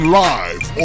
live